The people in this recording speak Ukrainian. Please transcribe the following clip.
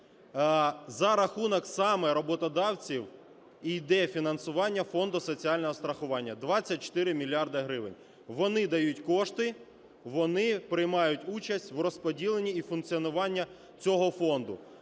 За рахунок саме роботодавців і йде фінансування Фонду соціального страхування – 24 мільярди гривень. Вони дають кошти, вони приймають участь у розподіленні і функціонуванні цього фонду.